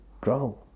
grow